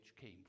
came